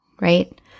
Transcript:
right